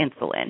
insulin